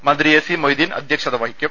മന്ത്രി A C Moideen അധ്യക്ഷനായിരിക്കും